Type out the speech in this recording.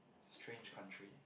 strange country